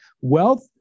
Wealth